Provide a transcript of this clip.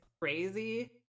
crazy